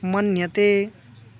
मन्यते